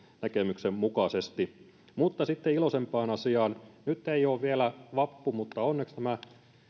näkemyksen mukaisesti mutta sitten iloisempaan asiaan nyt ei ole vielä vappu mutta onneksi nämä